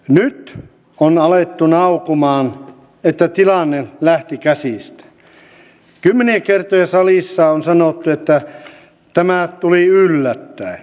tärkeintä lienee ollut se että saadaanpa hallitus vielä kertaalleen framille vastaamaan välikysymykseen ennen eduskunnan siirtymistä joulutauolle